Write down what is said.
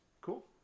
Cool